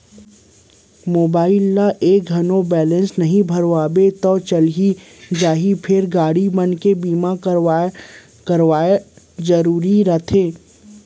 mobile ल एक घौं बैलेंस नइ भरवाबे तौ चलियो जाही फेर गाड़ी मन के बीमा करवाना जरूरीच रथे